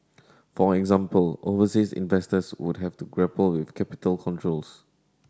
for example overseas investors would have to grapple with capital controls